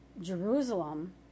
Jerusalem